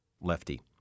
Lefty